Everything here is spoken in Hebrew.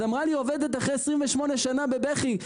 אמרה לי עובדת אחרי 28 שנים בבכי,